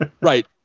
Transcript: right